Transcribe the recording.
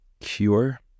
cure